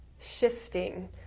shifting